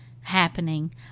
happening